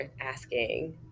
asking